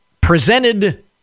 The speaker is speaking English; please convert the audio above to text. presented